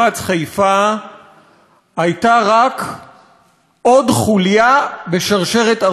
הייתה רק עוד חוליה בשרשרת ארוכה מדי.